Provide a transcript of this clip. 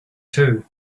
too